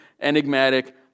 enigmatic